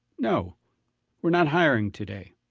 no we're not hiring today,